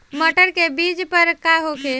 मटर के बीज दर का होखे?